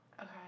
okay